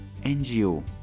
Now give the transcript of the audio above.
NGO